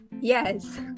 Yes